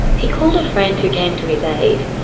he called a friend who came to his aid.